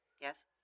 Yes